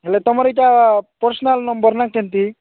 ହଁ ହେଲେ ତମର ଇଟା ପର୍ସନାଲ ନମ୍ବର ନା କେମତି